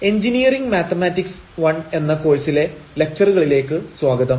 engineering mathematics I എന്ന കോഴ്സിലെ ലക്ച്ചറുകളിലേക്ക് സ്വാഗതം